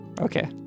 Okay